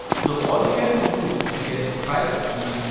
so all you have to do to get the private key,